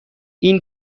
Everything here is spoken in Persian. این